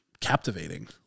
captivating